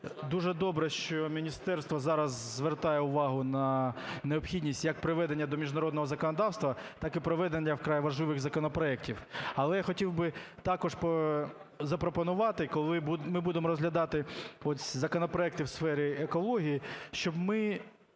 дуже добре, що міністерство зараз звертає увагу на необхідність як приведення до міжнародного законодавства, так і проведення вкрай важливих законопроектів. Але я хотів би також запропонувати, коли ми будемо розглядати ось законопроекти в сфері екології, щоб ми